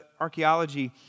archaeology